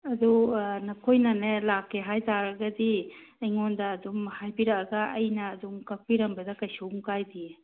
ꯑꯗꯨ ꯅꯈꯣꯏꯅꯅꯦ ꯂꯥꯛꯀꯦ ꯍꯥꯏꯇꯥꯔꯒꯗꯤ ꯑꯩꯉꯣꯟꯗ ꯑꯗꯨꯝ ꯍꯥꯏꯕꯤꯔꯛꯑꯒ ꯑꯩꯅ ꯑꯗꯨꯝ ꯀꯛꯄꯤꯔꯝꯕꯗ ꯀꯩꯁꯨꯝ ꯀꯥꯏꯗꯤꯌꯦ